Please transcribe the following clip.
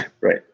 Right